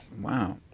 Wow